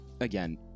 again